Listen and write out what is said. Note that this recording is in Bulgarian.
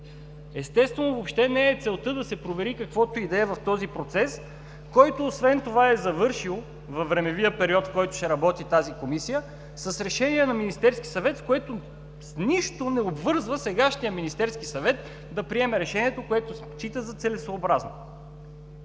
Естествено, въобще не е целта да се провери каквото и да е в този процес, който освен това е завършил във времевия период, в който ще работи тази Комисия, с решение на Министерския съвет, което с нищо не обвързва сегашния Министерски съвет да приеме решението, което счита за целесъобразно.